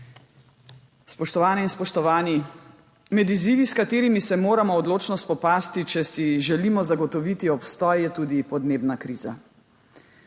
Spoštovane in spoštovani! Med izzivi, s katerimi se moramo odločno spopasti, če si želimo zagotoviti obstoj, je tudi podnebna kriza.